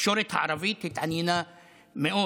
התקשורת הערבית התעניינה מאוד,